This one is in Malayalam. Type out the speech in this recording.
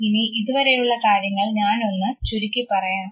ഇനി ഇതുവരെയുള്ള കാര്യങ്ങൾ ഞാനൊന്ന് ചുരുക്കി പറയാം